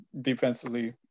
defensively